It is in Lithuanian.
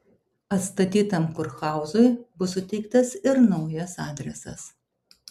atstatytam kurhauzui bus suteiktas ir naujas adresas